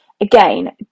Again